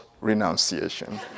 renunciation